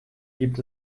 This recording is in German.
gibt